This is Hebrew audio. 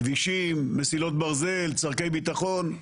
כבישים, מסילות ברזל, צרכי ביטחון.